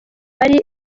bari